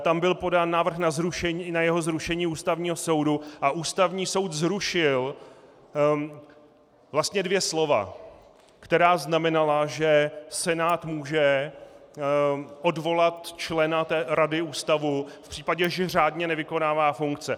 Tam byl podán návrh i na jeho zrušení u Ústavního soudu a Ústavní soud zrušil vlastně dvě slova, která znamenala, že Senát může odvolat člena rady ústavu v případě, že řádně nevykonává funkce.